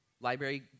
library